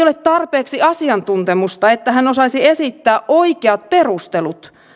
ole tarpeeksi asiantuntemusta että hän osaisi esittää oikeat perustelut